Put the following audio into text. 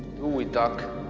do we, doc?